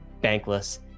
bankless